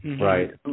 Right